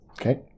Okay